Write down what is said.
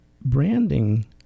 branding